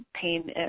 pain